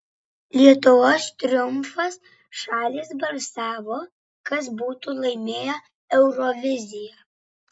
lietuvos triumfas šalys balsavo kas būtų laimėję euroviziją